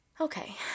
okay